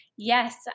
Yes